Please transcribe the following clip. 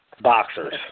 Boxers